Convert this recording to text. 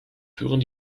führen